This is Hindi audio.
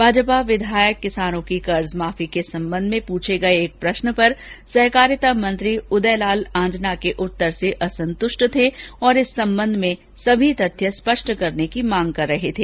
भाजपा विधायक किसानों की कर्ज माफी के संबंध में पूछे गए एक प्रष्न पर सहकारिता मंत्री उदय लाल आंजना के उत्तर से असंतुष्ट थे और इस संबंध में सभी तथ्य स्पष्ट करने मांग कर रहे थे